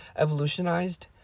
Evolutionized